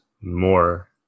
more